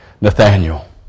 Nathaniel